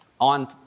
on